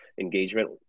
engagement